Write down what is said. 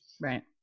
Right